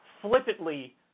flippantly